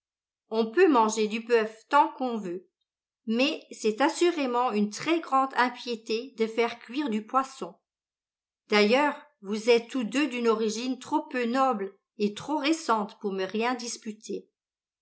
on peut manger du boeuf tant qu'on veut mais c'est assurément une très grande impiété de faire cuire du poisson d'ailleurs vous êtes tous deux d'une origine trop peu noble et trop récente pour me rien disputer